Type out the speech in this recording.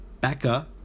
Becca